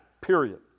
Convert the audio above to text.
period